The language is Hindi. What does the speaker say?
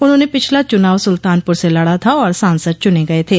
उन्होंने पिछला चुनाव सुल्तानपुर से लड़ा था और सांसद चुने गये थे